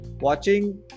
watching